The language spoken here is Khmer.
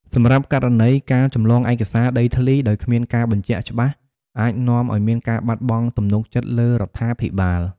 សម្រាប់ករណីការចម្លងឯកសារដីធ្លីដោយគ្មានការបញ្ជាក់ច្បាស់អាចនាំឲ្យមានការបាត់បង់ទំនុកចិត្តលើរដ្ឋាភិបាល។